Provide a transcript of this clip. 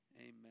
Amen